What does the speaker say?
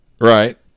right